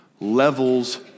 levels